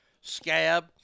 Scab